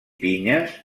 pinyes